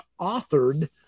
authored